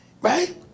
right